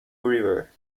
river